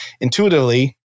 intuitively